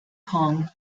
kong